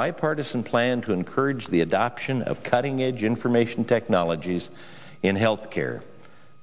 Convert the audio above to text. bipartisan plan to encourage the adoption of cutting edge information technologies in health care